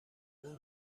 اون